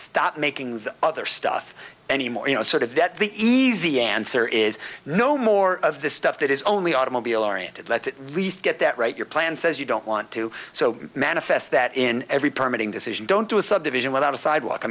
thought making the other stuff anymore you know sort of that the easy answer is no more of this stuff that is only automobile oriented let's at least get that right your plan says you don't want to so manifest that in every permitting decision don't do a subdivision without a sidewalk i